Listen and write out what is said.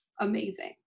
amazing